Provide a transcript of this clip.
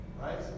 Right